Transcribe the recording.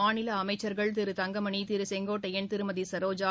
மாநில அமைச்சர்கள் திரு தங்கமணி திரு செங்கோட்டையன் திருமதி ச்ரோஜா